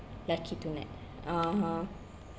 lucky two night (uh huh)